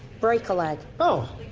break a leg. oh!